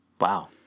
Wow